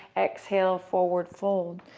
exhale, forward fold.